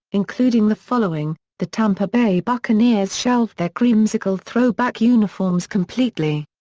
including the following the tampa bay buccaneers shelved their creamsicle throwback uniforms completely.